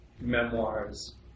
memoirs